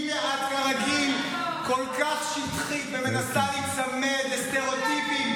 את כרגיל כל כך שטחית ומנסה להיצמד לסטריאוטיפים